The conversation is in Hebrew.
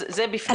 אז זה בפני עצמו.